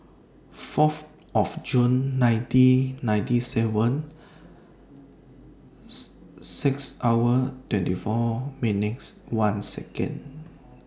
Fourth of June nineteen ninety seven six hour twenty four minutes one Second